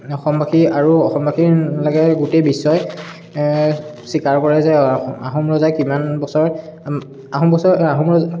অসমবাসী আৰু অসমবাসী নালাগে গোটেই বিশ্বই স্বীকাৰ কৰে যে আহোম ৰজাই কিমান বছৰ আহোম বছ আহোম ৰজা